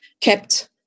kept